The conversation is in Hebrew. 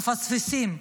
מפספסים,